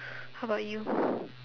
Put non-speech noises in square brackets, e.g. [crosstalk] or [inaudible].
how about you [breath]